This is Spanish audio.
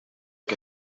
que